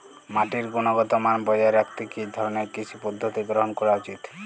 মাটির গুনগতমান বজায় রাখতে কি ধরনের কৃষি পদ্ধতি গ্রহন করা উচিৎ?